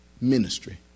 ministry